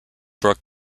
brook